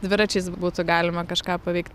dviračiais būtų galima kažką paveikt